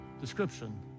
description